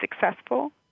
successful